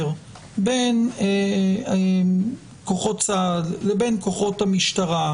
בין כוחות צה"ל לבין כוחות המשטרה,